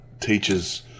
teaches